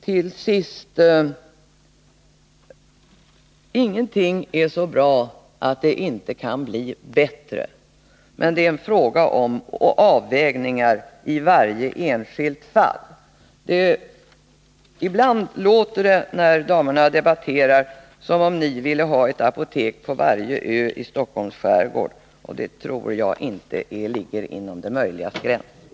Till sist: Ingenting är så bra att det inte kan bli bättre. Men det är fråga om en avvägning i varje enskilt fall. När damerna diskuterar låter det ibland som om ni vill ha ett apotek på varje ö i Stockholms skärgård, och det tror jag inte ligger inom det möjligas gräns.